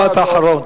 משפט אחרון.